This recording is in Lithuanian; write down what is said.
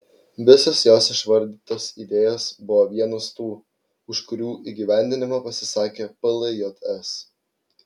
visos jos išvardytos idėjos buvo vienos tų už kurių įgyvendinimą pasisakė pljs